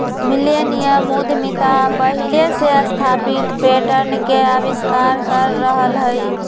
millennium उद्यमिता पहिले से स्थापित पैटर्न के अस्वीकार कर रहल हइ